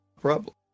problem